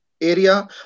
Area